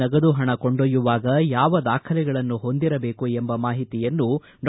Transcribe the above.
ನಗದು ಪಣ ಕೊಂಡೊಯ್ಯವಾಗ ಯಾವ ದಾಖಲೆಗಳನ್ನು ಹೊಂದಿರಬೇಕು ಎಂಬ ಮಾಹಿತಿಯನ್ನು ಡಾ